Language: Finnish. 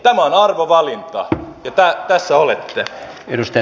tämä on arvovalinta ja tässä olette